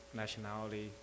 nationality